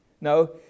No